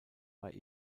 bei